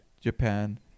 Japan